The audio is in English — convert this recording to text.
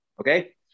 Okay